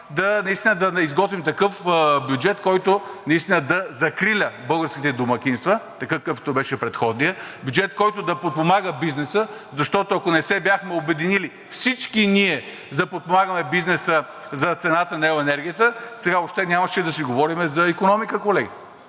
да изготвим такъв бюджет, който наистина да закриля българските домакинства, такъв, какъвто беше предходният, бюджет, който да подпомага бизнеса, защото, ако не се бяхме обединили всички ние да подпомагаме бизнеса за цената на еленергията, сега въобще нямаше да си говорим за икономика, колеги!